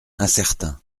incertain